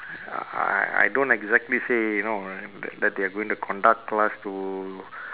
I I I don't exactly say you know that they going to conduct class to